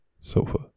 sofa